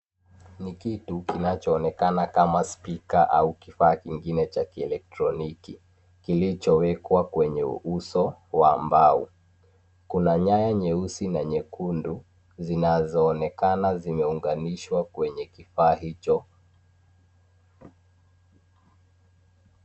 Ni kitu kinachoonekana kama spika au kifaa kingine cha kielektroniki kilichowekwa kwenye uso wa mbao kuna nyaya nyeusi na nyekundu zinazoonekana zimeunganishwa kwenye kifaa hicho.